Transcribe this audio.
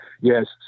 yes